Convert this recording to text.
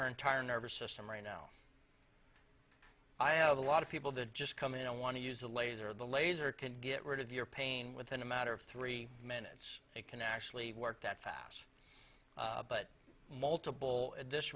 her entire nervous system right now i have a lot of people that just come in and want to use a laser the laser can get rid of your pain within a matter of three minutes they can actually work that fast but multiple this